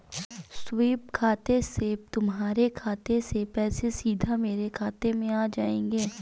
SVEEP खाते से तुम्हारे खाते से पैसे सीधा मेरे खाते में आ जाएंगे